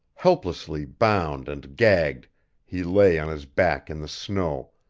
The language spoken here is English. helplessly bound and gagged he lay on his back in the snow,